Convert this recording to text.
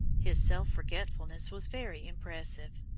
his self-forgetfulness was very impressive.